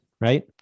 right